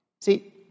See